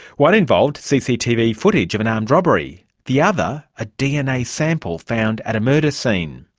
one involved cctv footage of an armed robbery, the other a dna sample found at a murder scene.